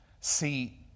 See